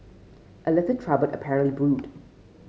a little trouble apparently brewed